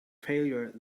failure